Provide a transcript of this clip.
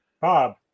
Bob